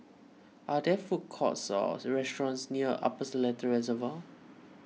are there food courts or restaurants near Upper Seletar Reservoir